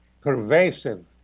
pervasive